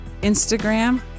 Instagram